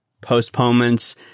postponements